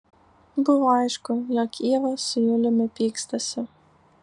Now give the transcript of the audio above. buvo aišku jog ieva su juliumi pykstasi